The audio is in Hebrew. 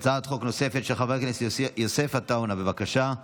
של חבר הכנסת יוסף עטאונה, בבקשה,